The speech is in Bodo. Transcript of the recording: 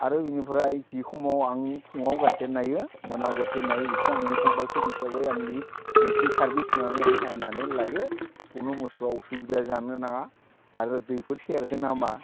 आरो बेनिफ्राय जि समाव आं फुङाव गासै नायो मोनायाव गासै नायो बेखौ आंनि कम्पालसरि हिसाबै आंनि दिउटि सारभिस होन्नानै आं नायनानै लायो खुनु मोसौआ एसुबिदा जानो नाङा आरो दैफोर सेरदों नामा